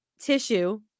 tissue